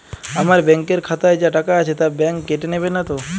আমার ব্যাঙ্ক এর খাতায় যা টাকা আছে তা বাংক কেটে নেবে নাতো?